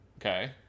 Okay